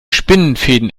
spinnenfäden